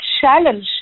challenge